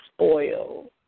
oil